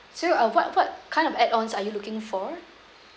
so uh what what kind of add ons are you looking for